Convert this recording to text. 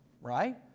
right